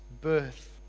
birth